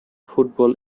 football